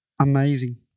amazing